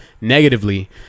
negatively